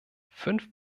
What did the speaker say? fünf